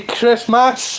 Christmas